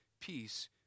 peace